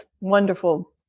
wonderful